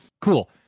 Cool